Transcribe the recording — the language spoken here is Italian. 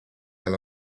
alla